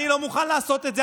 אני לא מוכן לעשות את זה,